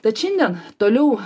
tad šiandien toliau